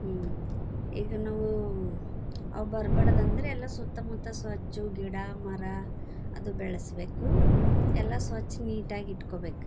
ಹ್ಞೂ ಈಗ ನಾವು ಅವು ಬರ್ಬಾರ್ದಂದ್ರೆ ಎಲ್ಲ ಸುತ್ತಮುತ್ತ ಸ್ವಚ್ಛ ಗಿಡ ಮರ ಅದು ಬೆಳೆಸ್ಬೇಕು ಎಲ್ಲ ಸ್ವಚ್ಛ ನೀಟಾಗಿ ಇಟ್ಕೋಬೇಕು